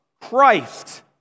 Christ